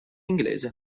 inglese